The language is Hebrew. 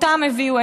אותם הביאו.